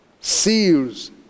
seals